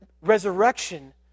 resurrection